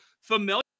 familiar